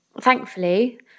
thankfully